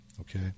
okay